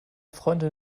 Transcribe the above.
freundin